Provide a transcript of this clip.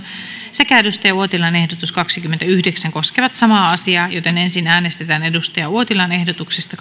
sekä kari uotilan ehdotus kaksikymmentäyhdeksän koskevat samaa määrärahaa joten ensin äänestetään kari uotilan ehdotuksesta